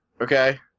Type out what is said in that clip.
okay